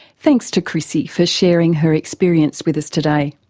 thanks to chrissie for sharing her experience with us today.